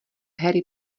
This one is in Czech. harry